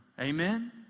Amen